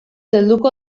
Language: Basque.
helduko